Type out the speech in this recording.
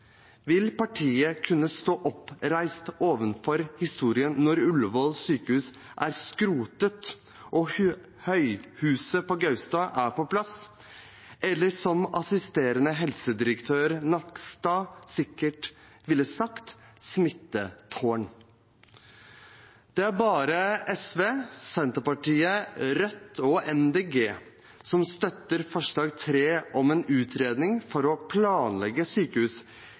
Vil partiet kunne stå oppreist overfor historien når Ullevål sykehus er skrotet og høyhuset på Gaustad er på plass? Eller som assisterende helsedirektør Rostrup Nakstad sikkert ville sagt: smittetårn. Det er bare SV, Senterpartiet, Rødt og Miljøpartiet De Grønne som støtter forslag nr. 3, om en utredning for å planlegge sykehus